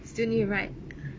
still need write